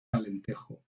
alentejo